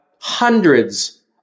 hundreds